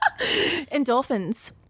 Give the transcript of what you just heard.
Endorphins